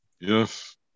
yes